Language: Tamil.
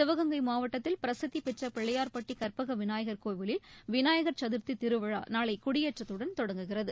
சிவகங்கை மாவட்டத்தில் பிரசித்திபெற்ற பிள்ளையாா்பட்டி கற்பக விநாயகா் கோவிலில் விநாயகா் சதர்த்தி திருவிழா நாளை கொடியேற்றத்துடன் தொடங்குகிறது